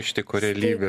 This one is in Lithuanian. ištiko realybė